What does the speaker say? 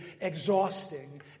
exhausting